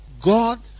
God